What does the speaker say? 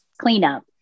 cleanup